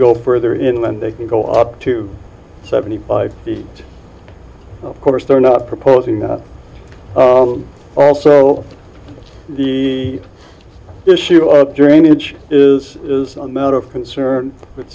go further inland they can go up to seventy five feet of course they're not proposing that also the issue of drainage is a matter of concern